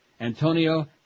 Antonio